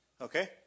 Okay